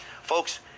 Folks